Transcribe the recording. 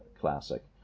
classic